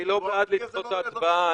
אני לא בעד לדחות את ההצבעה,